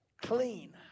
clean